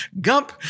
Gump